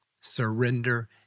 surrender